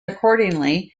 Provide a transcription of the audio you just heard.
accordingly